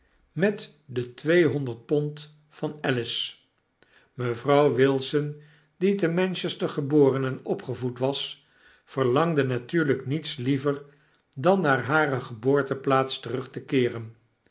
met de tweehonderd pond van alice mevrouw wilson die te manchester geboren en opgevoed was verlangde natuurlyk niets liever dan naar hare geboorteplaats terug te keeren